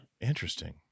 interesting